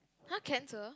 [huh] cancer